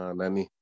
nani